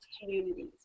communities